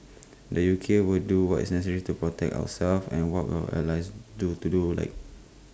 the U K will do what is necessary to protect ourselves and work our allies do to do like